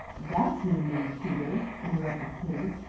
that's no news, peter, interrupted kitty.